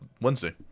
Wednesday